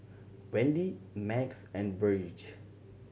Wendi Max and Virge